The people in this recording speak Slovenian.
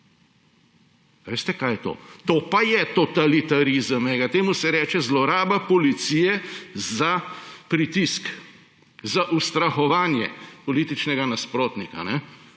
veste, kaj je to? To pa je totalitarizem, temu se reče zloraba policije za pritisk, za ustrahovanje političnega nasprotnika.